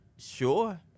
Sure